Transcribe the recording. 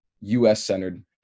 US-centered